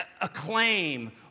acclaim